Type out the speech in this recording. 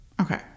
Okay